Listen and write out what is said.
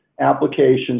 Applications